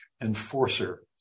enforcer